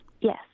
Yes